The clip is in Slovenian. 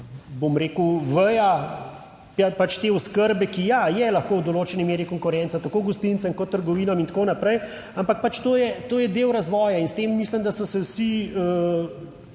bom rekel, veja pač te oskrbe, ki je, je lahko v določeni meri konkurenca tako gostincem kot trgovinam in tako naprej, ampak to je, to je del razvoja in s tem mislim, da so se vsi